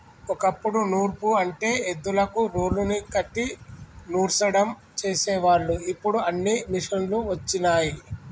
ఓ కప్పుడు నూర్పు అంటే ఎద్దులకు రోలుని కట్టి నూర్సడం చేసేవాళ్ళు ఇప్పుడు అన్నీ మిషనులు వచ్చినయ్